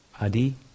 adi